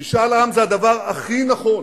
משאל עם זה הדבר הכי נכון,